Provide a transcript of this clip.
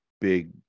big